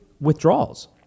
withdrawals